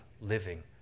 living